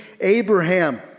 Abraham